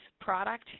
product